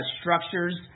structures